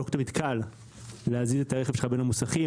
לא תמיד קל להזיז את הרכב שלך בין המוסכים.